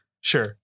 Sure